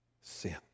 sin